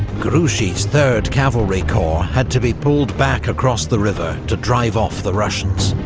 grouchy's third cavalry corps had to be pulled back across the river to drive off the russians.